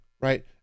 right